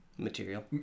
material